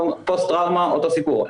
פוסט טראומה אותו סיפור.